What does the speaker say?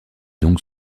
donc